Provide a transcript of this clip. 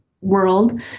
world